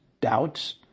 doubts